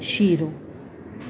શીરો